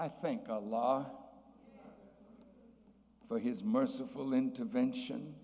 i think of law for his merciful intervention